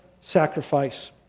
sacrifice